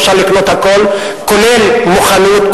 אפשר לקנות הכול, כולל מוכנות,